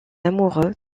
amoureux